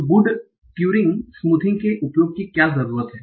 तो Good Turing smoothing के उपयोग करने की क्या जरूरत है